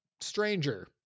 stranger